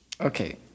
Okay